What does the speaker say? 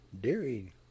dairy